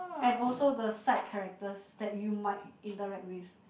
and also the side characters that you might interacted with